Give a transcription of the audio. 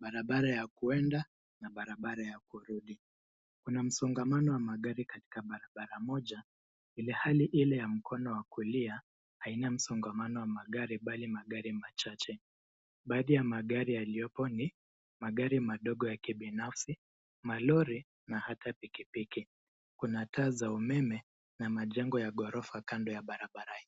barabara ya kuenda na barabara ya kurudi. Kuna msongamano wa magari katika barabara moja ilhali ile ya mkono wa kulia haina ya msongamano wa magari bali magari machache. Baadhi ya magari yaliyopo ni magari madogo ya kibinafsi, malori na hata pikipiki. Kuna taa za umeme na majengo ya ghorofa kando ya barabara hii.